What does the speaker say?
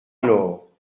alors